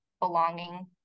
belonging